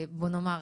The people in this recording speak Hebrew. בואו נאמר,